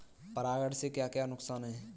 परागण से क्या क्या नुकसान हैं?